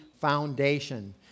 foundation